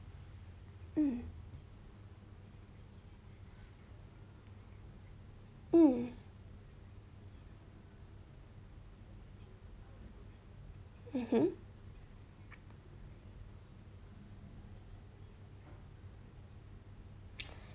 mm mm mmhmm